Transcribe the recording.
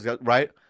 right